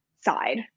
side